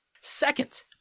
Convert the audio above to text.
Second